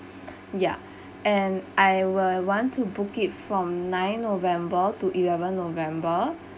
ya and I will want to book it from nine november to eleven november